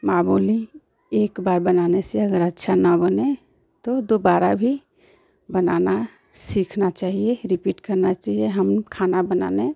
माँ बोली एक बार बनाने से अगर अच्छा न बने तो दुबारा भी बनाना सीखना चाहिए रिपीट करना चाहिए हम खाना बनाने